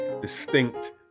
distinct